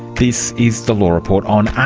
this is the law report on